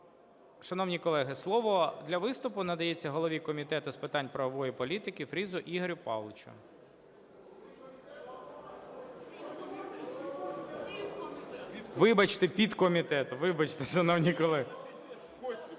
Шановні колеги, слово для виступу надається голові Комітету з питань правової політики Фрісу Ігорю Павловичу. Вибачте, підкомітету. Вибачте, шановні колеги.